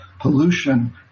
pollution